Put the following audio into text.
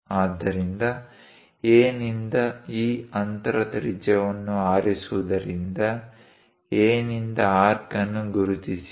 ಆದ್ದರಿಂದ A ನಿಂದ ಈ ಅಂತರ ತ್ರಿಜ್ಯವನ್ನು ಆರಿಸುವುದರಿಂದ A ನಿಂದ ಆರ್ಕ್ ಅನ್ನು ಗುರುತಿಸಿ